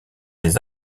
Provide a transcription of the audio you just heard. des